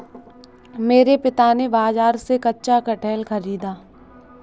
मेरे पिता ने बाजार से कच्चा कटहल खरीदा